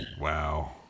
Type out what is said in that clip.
Wow